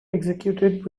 executed